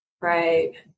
Right